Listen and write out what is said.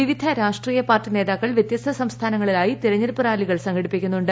വിവിധ രാഷ്ട്രീയ പാർട്ടി നേതാക്കൾ വ്യത്യസ്ത സംസ്ഥാനങ്ങളിലായി തെരഞ്ഞെടുപ്പ് റാലികൾ സംഘടിപ്പിക്കുന്നുണ്ട്